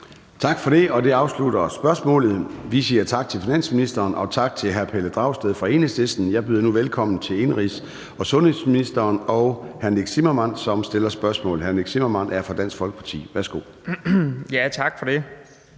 Tak for det. Det afslutter spørgsmålet. Vi siger tak til finansministeren og tak til hr. Pelle Dragsted fra Enhedslisten. Jeg byder nu velkommen til indenrigs- og sundhedsministeren og hr. Nick Zimmermann fra Dansk Folkeparti, som stiller